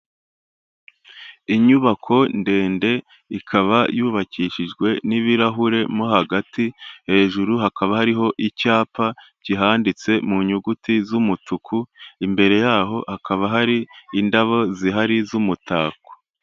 Inyubako ndende ikaba yubakishijwe n'ibirahure mo hagati, hejuru hakaba hariho icyapa kihanditse mu nyuguti z'umutuku, imbere yaho hakaba hari indabo zihari z'umutako.